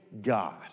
God